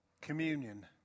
Communion